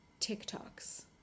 TikToks